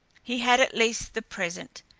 he had at least the present!